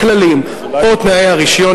הכללים או תנאי הרשיון,